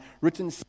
written